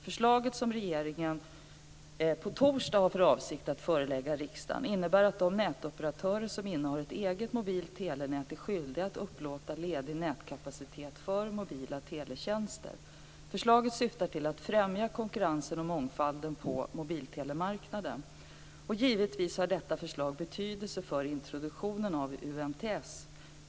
Förslaget, som regeringen på torsdag har för avsikt att förelägga riksdagen, innebär att de nätoperatörer som innehar ett eget mobilt telenät är skyldiga att upplåta nätkapacitet för mobila teletjänster. Förslaget syftar till att främja konkurrensen och mångfalden på mobiltelemarknaden. Givetvis har detta betydelse för introduktionen av UMTS.